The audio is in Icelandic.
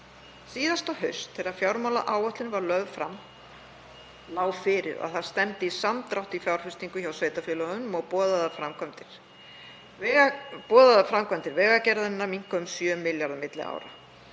Síðasta haust þegar fjármálaáætlun var lögð fram lá fyrir að það stefndi í samdrátt í fjárfestingu hjá sveitarfélögunum og boðaðar framkvæmdir Vegagerðarinnar minnka um 7 milljarða kr. milli ára.